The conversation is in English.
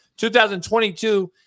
2022